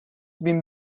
bin